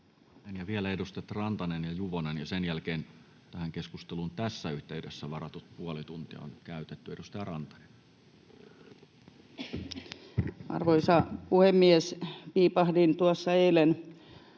vielä edustajat Rantanen ja Juvonen, ja sen jälkeen tähän keskusteluun tässä yhteydessä varatut puoli tuntia on käytetty. — Edustaja Rantanen. [Speech 138] Speaker: